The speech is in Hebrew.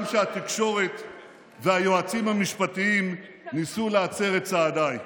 כשהתקשורת והיועצים המשפטיים ניסו להצר את צעדיי.